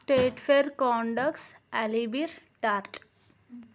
state fair conducts alibis tart